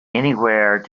anywhere